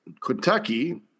Kentucky